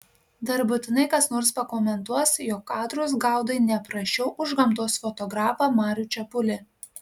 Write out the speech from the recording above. dar būtinai kas nors pakomentuos jog kadrus gaudai ne prasčiau už gamtos fotografą marių čepulį